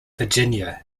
virginia